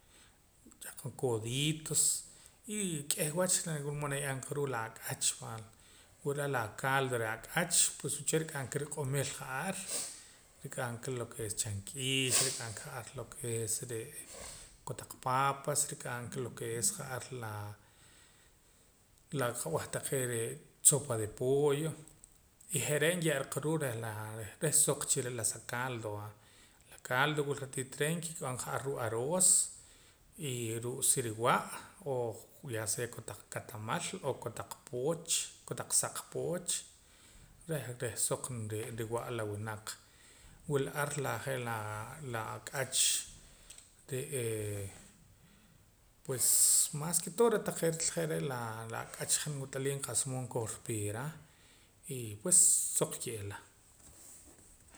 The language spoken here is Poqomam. Ch'ahqon coditos y k'eh wach wila mood naye'eem qa ruu' la ak'ach va wula la caldo reh ak'ach pues wuch'e ruk'aman ka ruq'omil ja'ar rik'am ka lo ke es la chamk'iix ja'ar lo ke es re' kotaq paapas rik'am ka lo ke es ja'ar laa qa'b'eh taqee' la sopa de pollo y je're' nye'ra qa ruu' reh la reh suq chila la sa caldo va la caldo wila ratiro reh nkib'an qa ar ruu' aroos y ruu' siriwa' o ya sea kotaq katamal o kotaq pooch kotaq saq pooch reh reh suq nriwa'a la winaq wula ar je' laa la ak'ach re'ee pues mas ke todo re' taqee' je're' la ak'ach han wat'aliim kiwach qa'sa mood nkikorpii ra y pues suq ki'ila